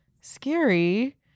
scary